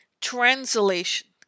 Translation